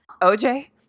OJ